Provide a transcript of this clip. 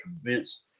Events